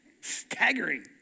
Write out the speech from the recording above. Staggering